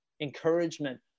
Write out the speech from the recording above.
encouragement